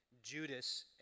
Judas